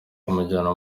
kumujyana